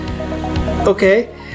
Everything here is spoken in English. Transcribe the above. Okay